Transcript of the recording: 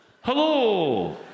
Hello